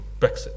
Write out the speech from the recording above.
Brexit